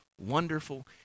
wonderful